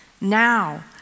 now